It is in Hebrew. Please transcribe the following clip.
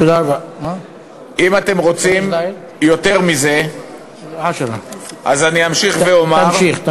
אם אתם רוצים יותר מזה, אני אמשיך ואומר, תמשיך.